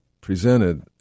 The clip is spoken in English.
presented